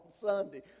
Sunday